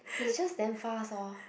he's just damn fast orh